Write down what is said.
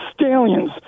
Stallions